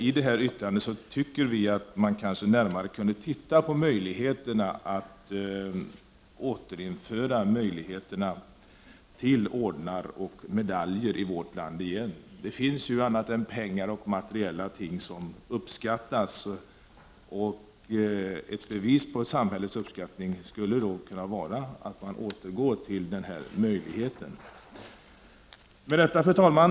I detta yttrande säger vi att man borde se över möjligheterna att återinföra ordnar och medaljer i vårt land. Det finns ju annat än pengar och materiella ting som uppskattas. Ett bevis på samhällets uppskattning skulle kunna vara att man återinför möjligheten att utdela ordnar och medaljer. Herr talman!